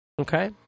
Okay